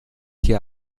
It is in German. hier